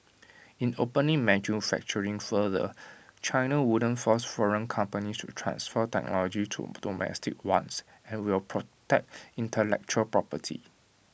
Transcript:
in opening manufacturing further China won't force foreign companies to transfer technology to domestic ones and will protect intellectual property